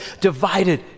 divided